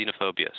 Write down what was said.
xenophobia